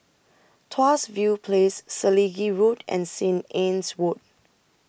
Tuas View Place Selegie Road and Saint Anne's Wood